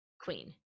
queen